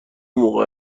موقع